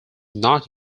not